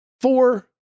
four